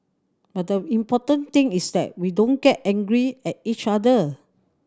but the important thing is that we don't get angry at each other